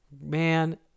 Man